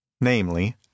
namely